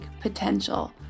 potential